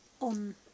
on